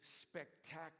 spectacular